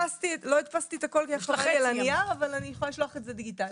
לא הדפסתי את הכל על הנייר אבל אני יכולה לשלוח את זה דיגיטלית.